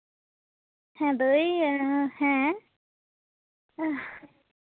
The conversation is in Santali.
ᱦᱮᱸ ᱫᱟᱹᱭ ᱦᱮᱸ